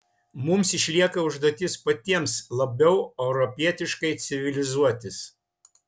mums išlieka užduotis patiems labiau europietiškai civilizuotis